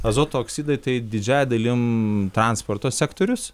azoto oksidai tai didžiąja dalim transporto sektorius